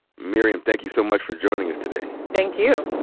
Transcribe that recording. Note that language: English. miriam, thank you so much for joining us today. thank you.